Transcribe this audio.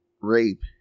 rape